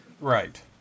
right